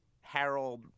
Harold